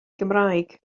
gymraeg